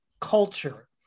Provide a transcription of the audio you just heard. culture